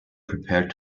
prepared